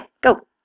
Go